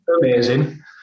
amazing